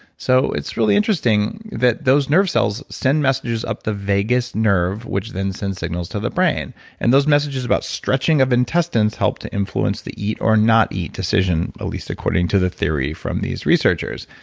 so it's really interesting that those nerve cells send messages up the vagus nerve, which then sends signals to the brain and those messages about stretching of intestines help to influence the eat or not eat decision, at least according to the theory from these researchers.